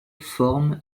forme